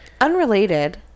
Unrelated